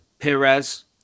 Perez